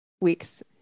week's